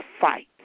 fight